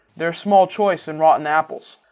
there's small choice in rotten apples.